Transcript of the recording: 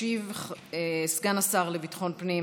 ישיב סגן השר לביטחון הפנים